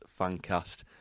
Fancast